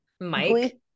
Mike